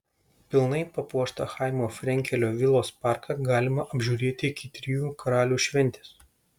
pilnai papuoštą chaimo frenkelio vilos parką galima apžiūrėti iki trijų karalių šventės